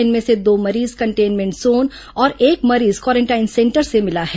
इनमें से दो मरीज कंटेन्मेंट जोन और एक मरीज क्वारेंटाइन सेंटर से मिला है